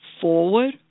forward